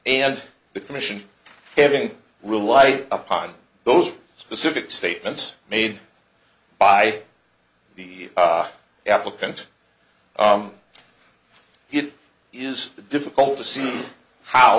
and the commission having relied upon those specific statements made by the applicants it is difficult to see how